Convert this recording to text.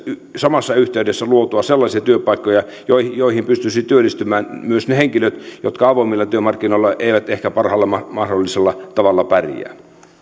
samassa yhteydessä luotua sellaisia työpaikkoja joihin joihin pystyisivät työllistymään myös ne henkilöt jotka avoimilla työmarkkinoilla eivät ehkä parhaalla mahdollisella tavalla pärjää